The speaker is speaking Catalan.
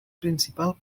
principal